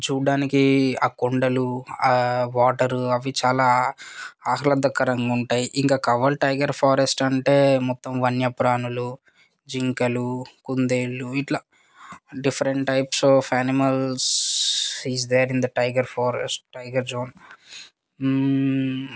చూడడానికి ఆ కొండలు ఆ వాటర్ అవి చాలా ఆహ్లాదకరంగా ఉంటాయి ఇంకా కవ్వాల్ టైగర్ ఫారెస్ట్ అంటే మొత్తం వన్యప్రాణులు జింకలు కుందేళ్ళు ఇట్లా different types of animals is there in the tiger forest tiger zone